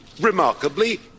remarkably